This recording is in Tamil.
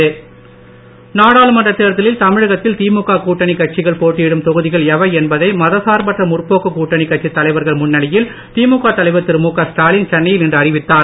திமுக நாடாளுமன்றத் தேர்தலில் தமிழகத்தில் திமுக கூட்டணி கட்சிகள் போட்டியிடும் தொகுதிகள் எவை என்பதை மதசார்பற்ற முற்போக்கு கூட்டணி கட்சி தலைவர்கள் முன்னிலையில் திழுக தலைவர் திரு முக ஸ்டாலின் சென்னையில் இன்று அறிவித்தார்